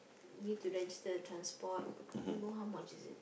you need to register the transport I don't know how much is it